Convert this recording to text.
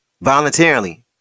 voluntarily